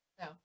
No